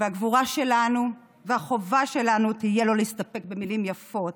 והגבורה שלנו והחובה שלנו תהיה לא להסתפק במילים יפות,